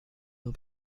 will